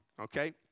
okay